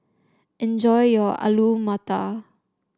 enjoy your Alu Matar